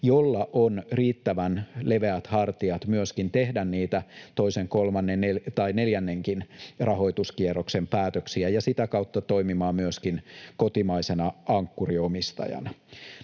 jolla on riittävän leveät hartiat myöskin tehdä niitä toisen, kolmannen tai neljännenkin rahoituskierroksen päätöksiä ja sitä kautta toimia myöskin kotimaisena ankkuriomistajana.